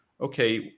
okay